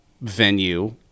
venue